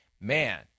man